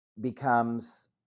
becomes